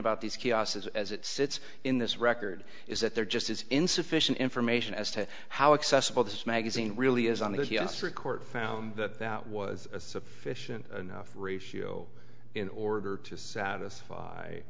about this chaos is as it sits in this record is that there just is insufficient information as to how accessible this magazine really is on this yes or court found that that was a sufficient enough ratio in order to satisfy